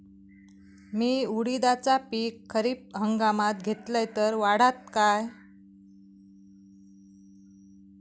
मी उडीदाचा पीक खरीप हंगामात घेतलय तर वाढात काय?